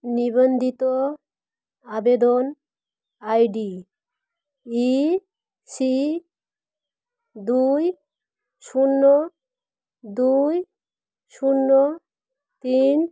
নিবন্ধিত আবেদন I D E C দুই শূন্য দুই শূন্য তিন